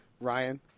Ryan